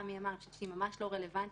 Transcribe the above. יש כמה גורמים במשרדי הממשלה.